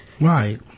Right